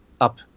up